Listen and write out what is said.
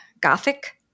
gothic